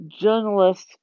journalists